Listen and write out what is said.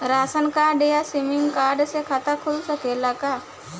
Ration card या श्रमिक card से खाता खुल सकेला का?